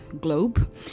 globe